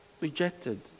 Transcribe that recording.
rejected